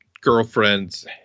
girlfriend's